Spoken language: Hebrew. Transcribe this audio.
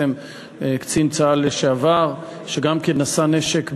קצין צה"ל לשעבר שגם כן נשא נשק ברישיון.